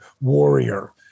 warrior